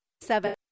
seven